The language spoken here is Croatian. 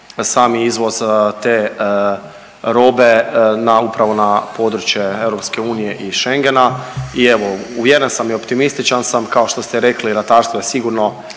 sami izvoz te robe na, upravo na područje EU i Schengena. I evo, uvjeren sam i optimističan sam, kao što ste rekli ratarstvo je sigurno,